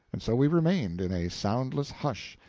and so we remained, in a soundless hush,